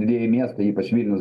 didieji miestai ypač vilnius